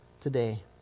today